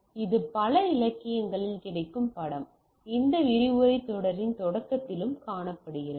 இப்போது பல இலக்கியங்களில் கிடைக்கும் படம் இந்த விரிவுரைத் தொடரின் தொடக்கத்திலும் காணப்படுகிறது